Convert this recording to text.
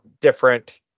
different